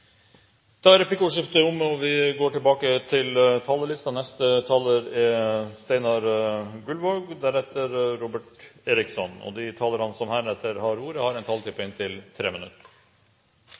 Da er replikkordskiftet omme. De talere som heretter får ordet, har en taletid på inntil 3 minutter.